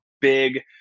big